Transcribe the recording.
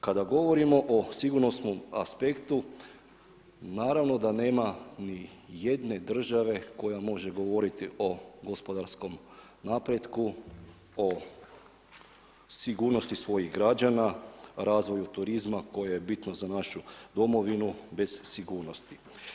Kada govorimo o sigurnosnom aspektu, naravno da nema niti jedne države koja može govoriti o gospodarskom napretku, o sigurnosti svojih građana, razvoju turizma, koje je bitno za našu domovinu bez sigurnosti.